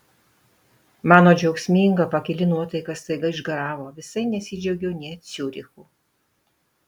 mano džiaugsminga pakili nuotaika staiga išgaravo visai nesidžiaugiau nė ciurichu